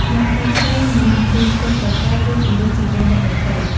ញាក់ភ្នែកឆ្វេង នឹងមានរឿងឈ្លោះប្រកែក ឬជម្លោះជាមួយអ្នកដទៃ។